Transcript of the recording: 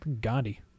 Gandhi